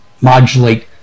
modulate